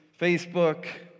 Facebook